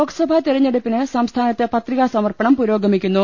ലോക്സഭാ തെരഞ്ഞെടുപ്പിന് സംസ്ഥാനത്ത് പത്രികാ സമർപ്പണം പുരോഗമിക്കുന്നു